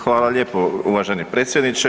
Hvala lijepo uvaženi predsjedniče.